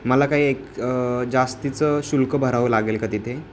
मला काय एक जास्तीचं शुल्क भरावं लागेल का तिथे